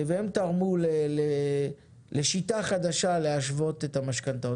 והם תרמו לשיטה חדשה להשוות את המשכנתאות,